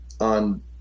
on